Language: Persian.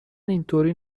اینطوری